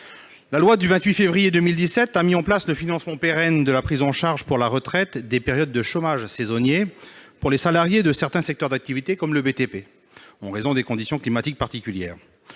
La loi du 28 février 2017 a mis en place le financement pérenne de la prise en charge pour la retraite des périodes de chômage saisonnier pour les salariés de certains secteurs d'activité comme le BTP, en raison des conditions climatiques particulières.